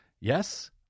Yes